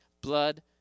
blood